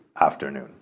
afternoon